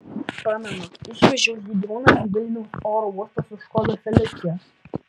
pamenu išvežiau žydrūną į vilniaus oro uostą su škoda felicia